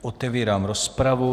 Otevírám rozpravu.